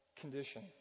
condition